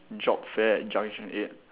job fair at junction eight